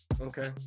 Okay